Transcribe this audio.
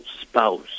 spouse